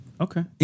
okay